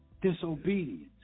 Disobedience